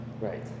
right